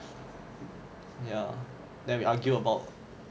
ya then we argue about